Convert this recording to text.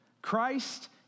Christ